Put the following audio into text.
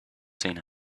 seen